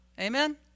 Amen